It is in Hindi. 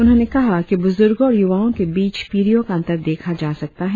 उन्होंने कहा कि ब्रजूर्गों और युवाओ के बीच पीढियों का अंतर देखा जा सकता है